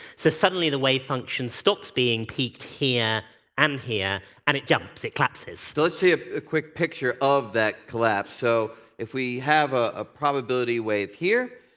so suddenly the wave function stops being peaked here and here, and it jumps. it collapses. so let's see ah a quick picture of that collapse. so if we have ah a probability wave here,